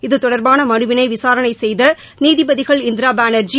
இது தொடர்பான மனுவினை விசாரணை செய்த நீதிபதிகள் இந்திரா பானர்ஜி